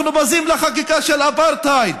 אנחנו בזים לחקיקה של אפרטהייד.